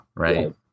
Right